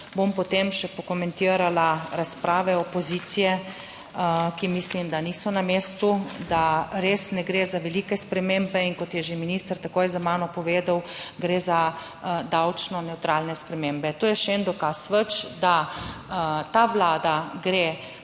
Bom potem še pokomentirala razprave opozicije. Ki mislim, da niso na mestu, da res ne gre za velike spremembe in kot je že minister takoj za mano povedal, gre za davčno nevtralne spremembe. To je še en dokaz več, da ta vlada gre